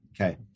Okay